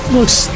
looks